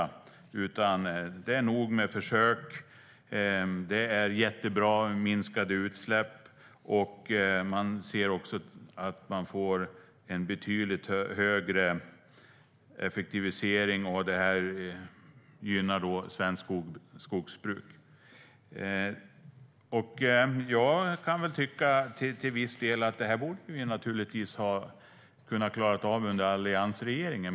De säger: Det är nog med försök, det är jättebra med minskade utsläpp och det blir en betydligt högre effektivisering. Det gynnar svenskt skogsbruk. Jag kan tycka att vi naturligtvis till viss del borde ha kunnat klara av detta under alliansregeringen.